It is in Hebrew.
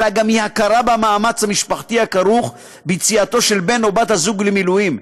אלא גם הכרה במאמץ המשפחתי הכרוך ביציאה של בן או בת הזוג למילואים.